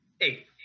eight